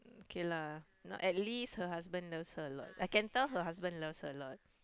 K lah now at least her husband loves her a lot I can tell her husband loves her a lot